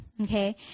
Okay